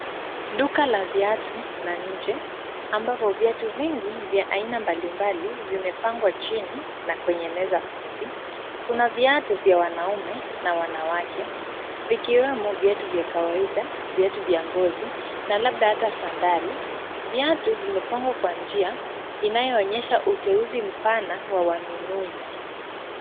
Duka la viatu la nje ambapo viatu vingi vya aina mbalimbali vimepangwa chini na kwenye meza fupi. Kuna viatu vya wanaume na wanawake vikiwemo viatu vya kawaida, viatu vya ngozi na labda hata sandali . Viatu vimepangwa kwa njia inaoonyesha uteuzi mpana wa wanunuzi.